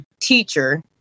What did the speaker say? teacher